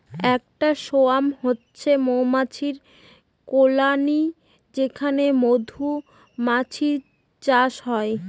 একটা সোয়ার্ম হচ্ছে মৌমাছির কলোনি যেখানে মধুমাছির চাষ হয়